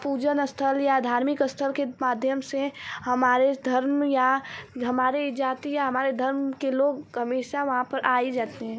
पूजन स्थल या धार्मिक स्थल के माध्यम से हमारे धर्म या हमारे जाति या हमारे धर्म के लोग हमेशा वहाँ पर आ ही जाते हैं